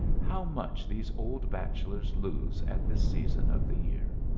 how much these old bachelors lose at this season of the year!